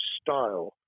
style